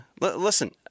listen